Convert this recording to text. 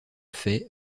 fait